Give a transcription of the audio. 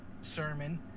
sermon